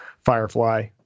firefly